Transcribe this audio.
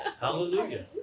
Hallelujah